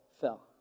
fell